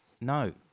no